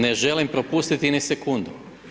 Ne želim propustiti ni sekundu.